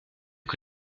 que